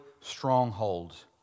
strongholds